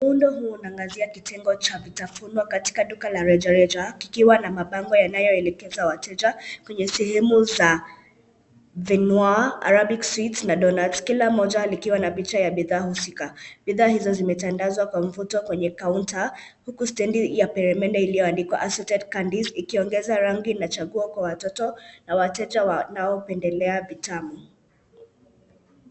Muundo huu unaangazia kitengo cha vitafuno katika duka la rejareja kikiwa na mabango yanayoelekeza wateja kwenye sehemu za vinwaa, ayabic sweets na donuts , kila moja likiwa na bidhaa husika. Bidhaa hizo zimetandazwa kwa mvuto kwenye counter huku stendi ya peremende iliyoandikwa assorted candies ikiongeza rangi na chaguo kwa watoto na wateja wanaopendelea vitamu.